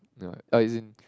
ya as in